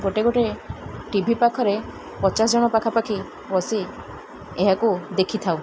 ଗୋଟେ ଗୋଟେ ଟିଭି ପାଖରେ ପଚାଶ ଜଣ ପାଖାପାଖି ବସି ଏହାକୁ ଦେଖିଥାଉ